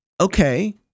okay